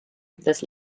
this